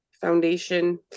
foundation